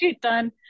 done